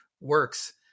works